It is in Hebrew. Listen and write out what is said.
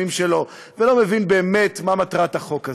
שלו ולא מבין באמת מה מטרת החוק הזה.